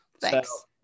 thanks